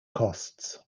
costs